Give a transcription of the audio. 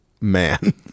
man